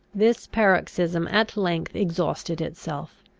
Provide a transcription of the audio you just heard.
this paroxysm at length exhausted itself.